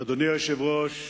אדוני היושב-ראש,